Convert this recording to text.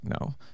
No